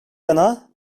yana